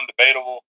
undebatable